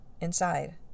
inside